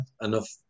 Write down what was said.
enough